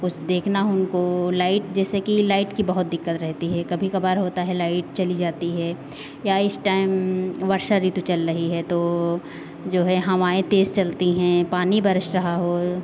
कुछ देखना हो उनको लाइट जैसे कि लाइट की बहुत दिक्कत रहेती है कभी कभार होता है लाइट चली जाती है या इस टाइम वर्षा ऋतु चल रही है तो जो है हवाएँ तेज़ चलती हैं पानी बरस रहा हो